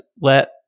let